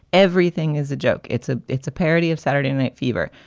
everything is a joke. it's a it's a parody of saturday night fever.